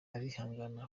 arihangana